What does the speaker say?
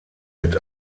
mit